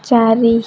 ଚାରି